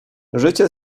życie